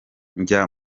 njya